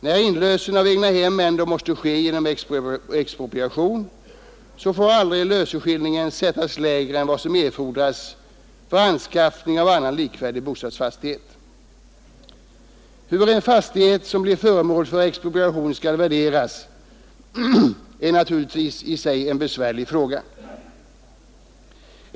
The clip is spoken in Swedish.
När inlösen av egnahem ändå måste ske genom expropriation, får löseskillingen aldrig sättas lägre än vad som erfodras för anskaffning av annan, likvärdig bostadsfastighet. Hur en fastighet som blir föremål för expropriation skall värderas är naturligtvis en besvärlig fråga.